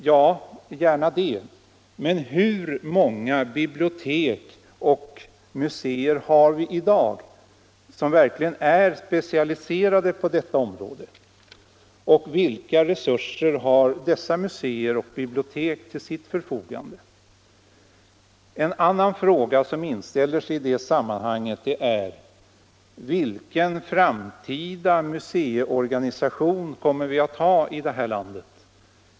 Ja, gärna det —- men hur många bibliotek och museer har vi i dag som verkligen är specialiserade på detta område? Och vilka resurser har dessa museer och bibliotek till sitt förfogande? En annan fråga som inställer sig i sammanhanget är: Vilken framtida museiorganisation kommer vi att ha i det här landet?